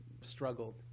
struggled